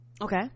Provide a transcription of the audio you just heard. okay